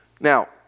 Now